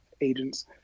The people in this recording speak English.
agents